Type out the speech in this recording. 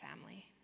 family